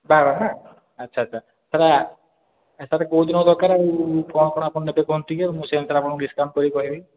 ବାହାଘର ନା ଆଚ୍ଛା ଆଚ୍ଛା ସାର୍ ସାର୍ କେଉଁ ଦିନ ଦରକାର ଆଉ କ'ଣ କ'ଣ ଆପଣ ନେବେ କୁହନ୍ତୁ ଟିକେ ମୁଁ ସେଇ ଅନୁସାରେ ଆପଣଙ୍କୁ ଡିସକାଉଣ୍ଟ୍ କରି କହିବି